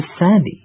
Sandy